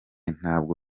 ntabwo